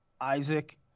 Isaac